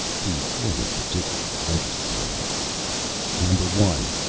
he wasn't particularly interested in them number one!